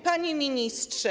Panie Ministrze!